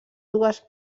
dues